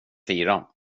fira